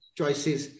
choices